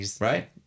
Right